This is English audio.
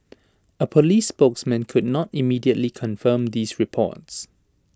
A Police spokesman could not immediately confirm these reports